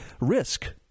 risk